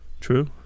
True